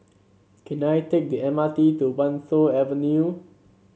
can I take the M R T to Wan Tho Avenue